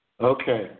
Okay